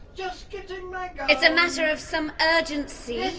yeah it's a matter of some urgency.